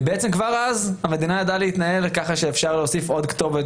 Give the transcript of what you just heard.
כבר אז המדינה ידעה להתנהל כך שאפשר להוסיף עוד כתובת